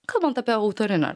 kalbant apie autorinę